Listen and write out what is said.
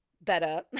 better